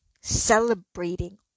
celebrating